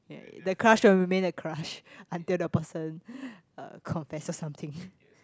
the crush will remain a crush until the person uh confesses something